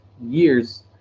years